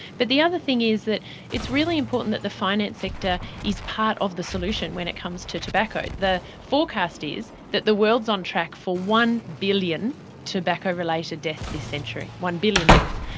but the other thing is that it's really important that the finance sector is part of the solution when it comes to tobacco. the forecast is that the world is on track for one billion tobacco related deaths this century, one billion deaths.